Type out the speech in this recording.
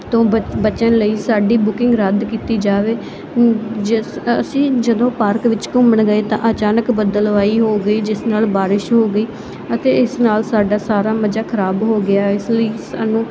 ਤੋਂ ਬ ਬਚਣ ਲਈ ਸਾਡੀ ਬੁਕਿੰਗ ਰੱਦ ਕੀਤੀ ਜਾਵੇ ਜ ਅਸੀਂ ਜਦੋਂ ਪਾਰਕ ਵਿੱਚ ਘੁੰਮਣ ਗਏ ਤਾਂ ਅਚਾਨਕ ਬੱਦਲਵਾਈ ਹੋ ਗਈ ਜਿਸ ਨਾਲ ਬਾਰਿਸ਼ ਹੋ ਗਈ ਅਤੇ ਇਸ ਨਾਲ ਸਾਡਾ ਸਾਰਾ ਮਜ਼ਾ ਖਰਾਬ ਹੋ ਗਿਆ ਇਸ ਲਈ ਸਾਨੂੰ